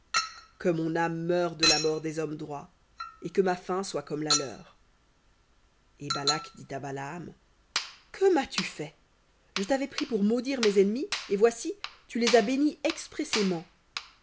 que mon âme meure de la mort des hommes droits et que ma fin soit comme la leur v et balak dit à balaam que m'as-tu fait je t'avais pris pour maudire mes ennemis et voici tu les as bénis expressément